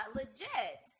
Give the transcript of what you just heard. legit